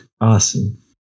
awesome